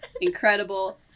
Incredible